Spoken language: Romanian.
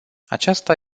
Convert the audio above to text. aceasta